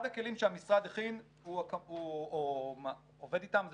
אחד הכלים שהמשרד הכין או עובד איתם זה